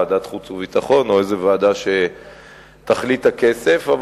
ועדת החוץ והביטחון או איזו ועדה שתחליט הכנסת.